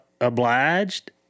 obliged